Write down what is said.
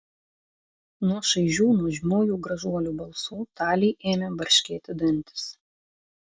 nuo šaižių nuožmiųjų gražuolių balsų talei ėmė barškėti dantys